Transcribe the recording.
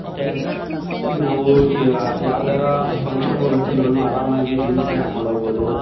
ಮತ್ತು ನಾವು ಈಗ ಯಾವ್ದಾರೂ ಫಂಕ್ಷನ್ ಹೋಗ್ಬೇಕಂದ್ರು ಆರಾಮಾಗಿ ಜೀನ್ಸ್ನೇ ಹಾಕ್ಕೊಂಡು ಹೋಗ್ಬೋದು